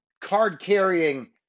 card-carrying